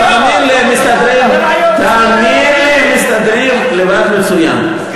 תאמין לי, הם מסתדרים לבד מצוין.